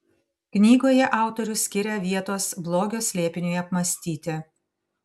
knygoje autorius skiria vietos blogio slėpiniui apmąstyti